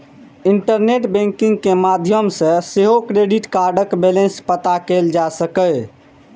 internet banking के माध्यम सं सेहो क्रेडिट कार्डक बैलेंस पता कैल जा सकैए